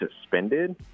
suspended